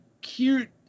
cute